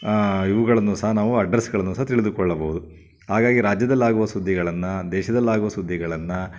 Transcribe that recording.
ಇವುಗಳನ್ನು ಸಹ ನಾವು ಅಡ್ರಸ್ಗಳನ್ನು ಸಹ ತಿಳಿದುಕೊಳ್ಳಬಹುದು ಹಾಗಾಗಿ ರಾಜ್ಯದಲ್ಲಾಗುವ ಸುದ್ದಿಗಳನ್ನು ದೇಶದಲ್ಲಾಗುವ ಸುದ್ದಿಗಳನ್ನು